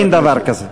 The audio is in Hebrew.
אין דבר כזה.